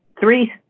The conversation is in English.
three